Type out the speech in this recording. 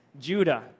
Judah